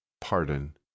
Pardon